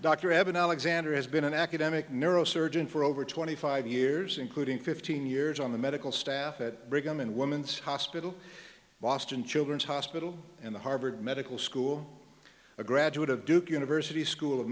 dr evan alexander has been an academic neurosurgeon for over twenty five years including fifteen years on the medical staff at brigham and women's hospital boston children's hospital and the harvard medical school a graduate of duke university's school of